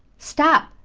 stop!